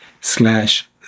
slash